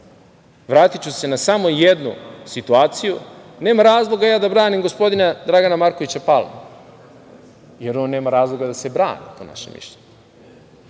organe? Vratiću se na samo jednu situaciju, nema razloga ja da branim gospodina Dragana Markovića Palmu, jer on nema razloga da se brani po našem mišljenju,